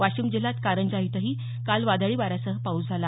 वाशिम जिल्ह्यात कारंजा इथंही काल वादळी वाऱ्यासह पाऊस झाला